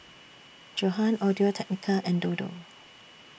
Johan Audio Technica and Dodo